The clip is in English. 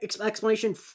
explanation